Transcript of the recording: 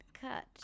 cut